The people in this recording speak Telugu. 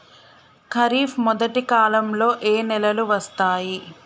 ఖరీఫ్ మొదటి కాలంలో ఏ నెలలు వస్తాయి?